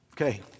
Okay